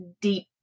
deep